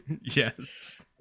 Yes